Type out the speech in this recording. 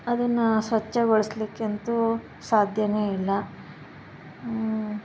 ಅದನ್ನು ಸ್ವಚ್ಛಗೊಳಿಸ್ಲಿಕ್ಕಂತೂ ಸಾಧ್ಯವೇ ಇಲ್ಲ